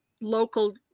local